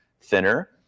thinner